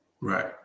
right